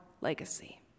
legacy